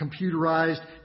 Computerized